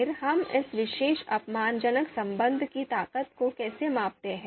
फिर हम इस विशेष अपमानजनक संबंध की ताकत को कैसे मापते हैं